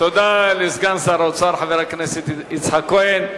תודה לסגן שר האוצר, חבר הכנסת יצחק כהן.